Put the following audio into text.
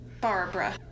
Barbara